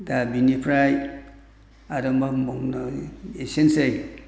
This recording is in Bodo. दा बेनिफ्राय आरो मा बुंबावनो एसेनोसै